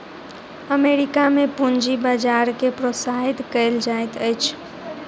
America में पूंजी बजार के प्रोत्साहित कयल जाइत अछि